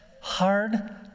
hard